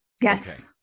Yes